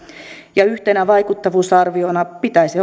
ja yhtenä vaikuttavuusarviona pitäisi